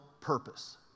purpose